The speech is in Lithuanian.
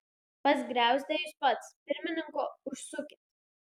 pas griauzdę jūs pats pirmininko užsukit